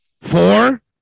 Four